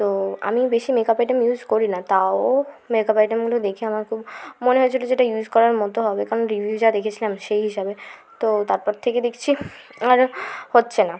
তো আমিও বেশি মেকআপ আইটেম ইউস করি না তাও মেকআপ আইটেমগুলো দেখে আমার খুব মনে হয়েছিলো যে এটা ইউস করার মতো হবে কারণ রিভিউ যা দেখেছিলাম সেই হিসাবে তো তারপর থেকে দেখছি আর হচ্ছে না